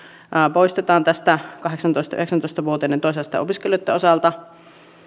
poistetaan kahdeksantoista viiva yhdeksäntoista vuotiaiden toisen asteen opiskelijoitten osalta